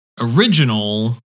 original